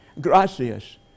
Gracias